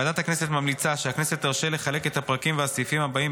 ועדת הכנסת ממליצה שהכנסת תרשה לחלק את הפרקים והסעיפים הבאים,